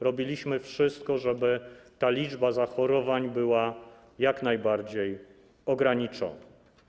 Robiliśmy wszystko, żeby liczba zachorowań była jak najbardziej ograniczona.